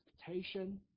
expectation